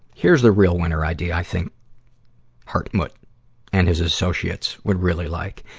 here's the real winner idea i think harmut and his associates would really like,